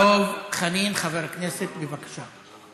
דב חנין, חבר הכנסת, בבקשה.